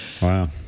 Wow